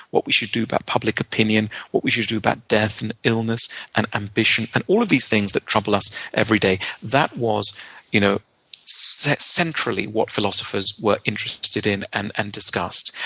what we should do about public opinion, what we should do about death and illness and ambition, and all of these things that trouble us every day. that was you know so centrally what philosophers were interested in and and discussed.